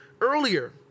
earlier